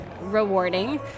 rewarding